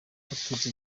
abatutsi